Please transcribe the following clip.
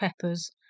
peppers